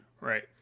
Right